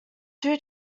two